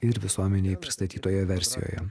ir visuomenei pristatytoje versijoje